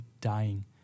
dying